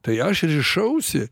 tai aš rišausi